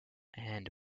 and